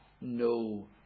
no